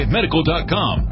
Medical.com